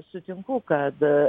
sutinku kad